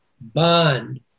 bond